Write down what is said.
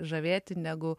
žavėti negu